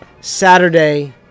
Saturday